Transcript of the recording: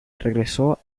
regresó